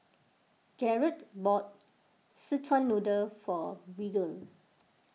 Garret bought Szechuan Noodle for Bridger